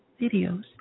videos